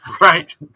right